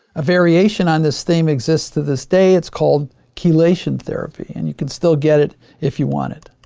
a variation on this theme exists to this day, it's called chelation therapy and you can still get it if you want it.